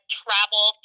travel